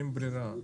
אין ברירה,